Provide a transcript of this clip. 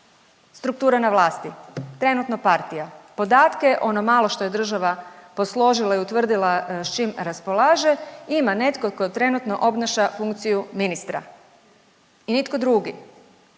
Struktura na vlasti, trenutno partija. Podatke ono malo što je država posložila i utvrdila s čim raspolaže ima netko tko trenutno obnaša funkciju ministra i nitko drugi.